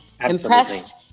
impressed